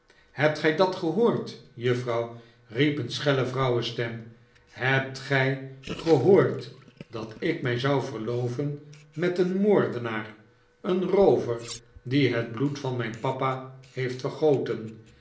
hebt gij dat gehoord juffrouw riep een schelle vrouwenstem hebt gij gehoord dat ik mij zou verloven met een moordenaar een roover die het bloed van mijn papa heeft vergoten